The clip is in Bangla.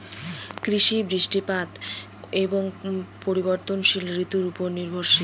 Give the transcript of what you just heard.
কৃষি বৃষ্টিপাত এবং পরিবর্তনশীল ঋতুর উপর নির্ভরশীল